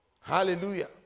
Hallelujah